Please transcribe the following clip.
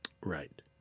Right